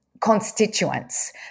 constituents